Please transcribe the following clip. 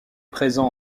présent